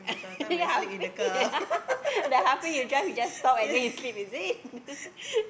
ya halfway then halfway you just you just stop and then you sleep is it